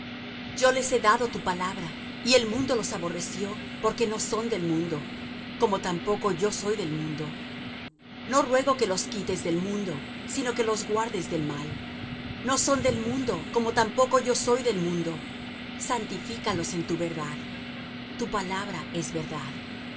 yo les he dado tu palabra y el mundo los aborreció porque no son del mundo como tampoco yo soy del mundo no ruego que los quites del mundo sino que los guardes del mal no son del mundo como tampoco yo soy del mundo santifícalos en tu verdad tu palabra es verdad